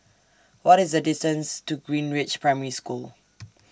What IS The distance to Greenridge Primary School